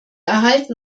erhalten